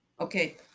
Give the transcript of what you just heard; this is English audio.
okay